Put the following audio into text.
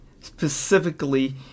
specifically